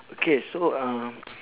okay so uh